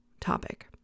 topic